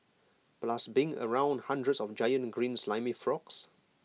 plus being around hundreds of giant green slimy frogs